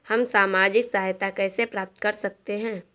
हम सामाजिक सहायता कैसे प्राप्त कर सकते हैं?